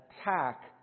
attack